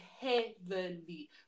heavily